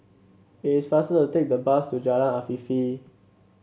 it is faster to take the bus to Jalan Afifi